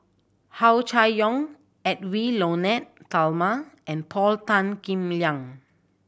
Hua Chai Yong Edwy Lyonet Talma and Paul Tan Kim Liang